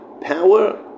power